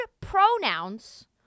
pronouns